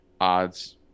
odds